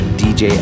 dj